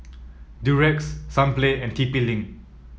Durex Sunplay and T P Link